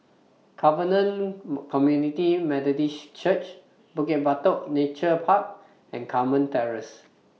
Covenant Community Methodist Church Bukit Batok Nature Park and Carmen Terrace